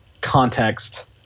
context